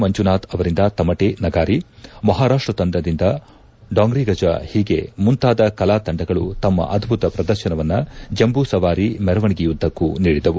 ಮಂಜುನಾಥ್ ಅವರಿಂದ ತಮಟೆ ನಗಾರಿ ಮಹಾರಾಷ್ಷ ತಂಡದಿಂದ ಡಾಂಗ್ರಿಗಜ ಹೀಗೆ ಮುಂತಾದ ಕಲಾ ತಂಡಗಳು ತಮ್ಮ ಅದ್ದುತ ಪ್ರದರ್ಶನವನ್ನ ಜಂಬೂ ಸವಾರಿ ಮೆರವಣಿಗೆಯುದ್ದಕ್ಕೂ ನೀಡಿದವು